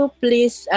please